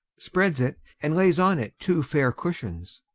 spreads it, and lays on it two fair cushions.